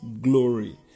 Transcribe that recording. glory